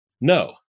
no